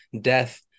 death